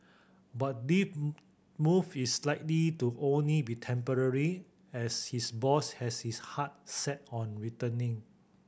but deep move is likely to only be temporary as his boss has his heart set on returning